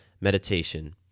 meditation